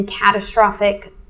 catastrophic